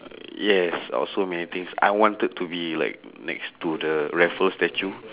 yes out of so many things I wanted to be like next to the raffles statue